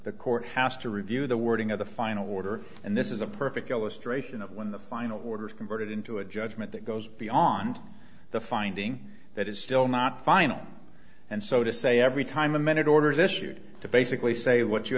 the court has to review the wording of the final order and this is a perfect illustration of when the final orders converted into a judgment that goes beyond the finding that is still not final and so to say every time a minute orders issued to basically say what you